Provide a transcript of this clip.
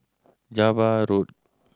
Java Road